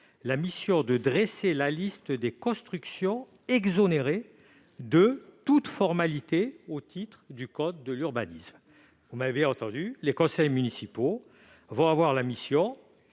la mission de dresser la liste des constructions exonérées de toute formalité au titre du code de l'urbanisme. Vous m'avez entendu, les conseils municipaux auront la mission